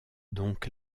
donc